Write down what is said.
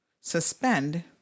suspend